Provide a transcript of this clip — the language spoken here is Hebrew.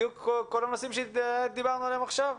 בדיוק כל הנושאים שדיברנו עליהם עכשיו.